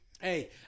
Hey